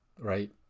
right